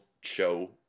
show